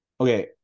Okay